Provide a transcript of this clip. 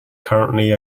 currently